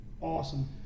awesome